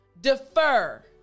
defer